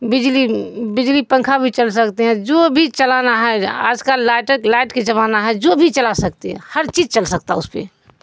بجلی بجلی پنکھا بھی چل سکتے ہیں جو بھی چلانا ہے آج کل لائٹ لائٹ کے جمانا ہے جو بھی چلا سکتی ہے ہر چیز چل سکتا ہے اس پہ